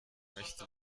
möchte